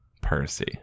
Percy